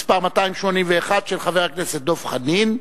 מס' 281, של חבר הכנסת דב חנין,